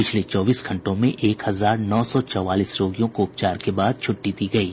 पिछले चौबीस घंटों में एक हजार नौ सौ चौवालीस रोगियों को उपचार के बाद छुट्टी दी गयी